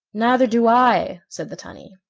neither do i, said the tunny,